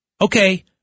Okay